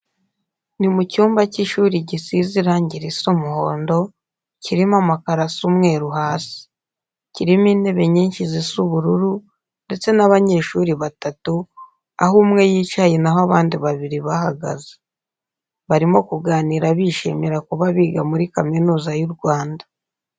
Ni mu cyumba cy'ishuri gisize irange risa umuhondo, kirimo amakaro asa umweru hasi. Kirimo intebe nyinshi zisa ubururu ndetse n'abanyeshuri batatu, aho umwe yicaye naho abandi babiri bahagaze. Barimo kuganira bishimira kuba biga muri Kaminuza y'u Rwanda.